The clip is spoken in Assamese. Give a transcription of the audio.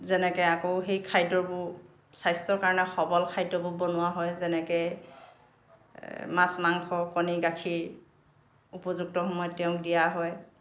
যেনেকৈ আকৌ সেই খাদ্যবোৰ স্বাস্থ্যৰ কাৰণে সৱল খাদ্যবোৰ বনোৱা হয় যেনেকৈ মাছ মাংস কণী গাখীৰ উপযুক্ত সময়ত তেওঁক দিয়া হয়